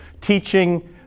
teaching